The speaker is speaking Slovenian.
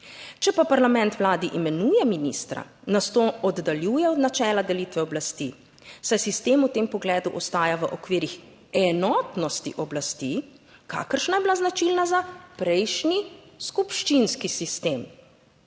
Če pa parlament vladi imenuje ministra, nas to oddaljuje od načela delitve oblasti, 24. TRAK: (VP) 10.55 (nadaljevanje) saj sistem v tem pogledu ostaja v okvirih enotnosti oblasti, kakršna je bila značilna za prejšnji skupščinski sistem,